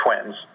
twins